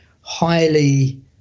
highly